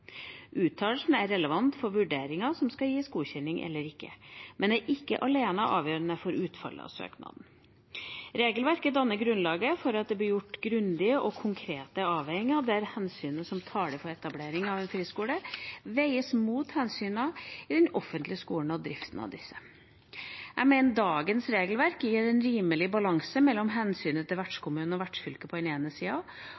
Uttalelsen er relevant for vurderingen av om det skal gis godkjenning eller ikke, men er ikke alene avgjørende for utfallet av søknaden. Regelverket danner grunnlaget for at det blir gjort grundige og konkrete avveininger, der hensynet som taler for etablering av en friskole, veies mot hensynene til den offentlige skolen og driften av den. Jeg mener dagens regelverk gir en rimelig balanse mellom hensynet til